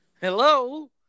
Hello